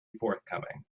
forthcoming